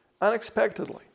unexpectedly